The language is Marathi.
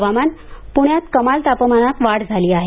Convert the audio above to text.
हवामान पुण्यात कमाल तापमानात वाढ झाली आहे